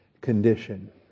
condition